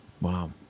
Wow